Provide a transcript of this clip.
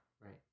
right